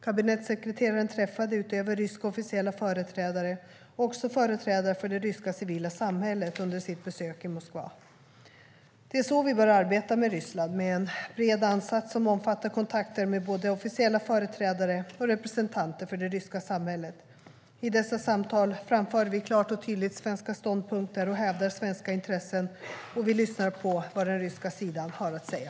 Kabinettssekreteraren träffade, utöver ryska officiella företrädare, också företrädare för det ryska civila samhället under sitt besök i Moskva. Det är så vi bör arbeta med Ryssland; med en bred ansats som omfattar kontakter med både officiella företrädare och representanter för det ryska samhället. I dessa samtal framför vi klart och tydligt svenska ståndpunkter och hävdar svenska intressen, och vi lyssnar på vad den ryska sidan har att säga.